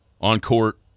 on-court